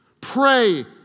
Pray